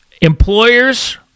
Employers